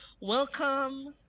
welcome